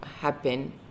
happen